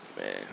Man